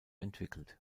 entwickelt